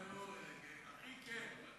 אחי כן,